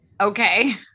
okay